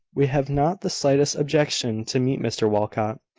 we have not the slightest objection to meet mr walcot.